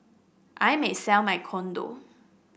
I may sell my condo